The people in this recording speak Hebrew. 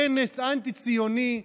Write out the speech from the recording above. כנס אנטי-ציוני,